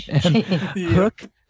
Hook